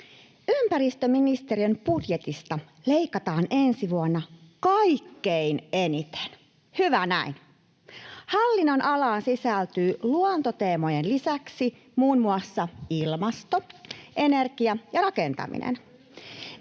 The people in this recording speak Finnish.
Ympäristöministeriön budjetista leikataan ensi vuonna kaikkein eniten — hyvä näin. Hallinnonalaan sisältyy luontoteemojen lisäksi muun muassa ilmasto, energia ja rakentaminen.